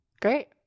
great